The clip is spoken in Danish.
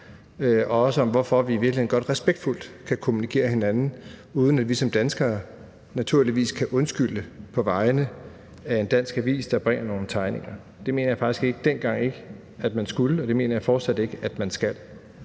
og også om, hvorfor vi i virkeligheden godt respektfuldt kan kommunikere med hinanden, uden at vi som danskere naturligvis kan undskylde på vegne af en dansk avis, der bringer nogle tegninger. Det mener jeg faktisk ikke man skulle dengang, og det mener jeg fortsat ikke man skal.